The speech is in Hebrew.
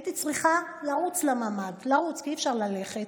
והייתי צריכה לרוץ לממ"ד, לרוץ, כי אי-אפשר ללכת,